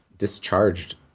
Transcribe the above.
discharged